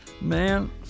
Man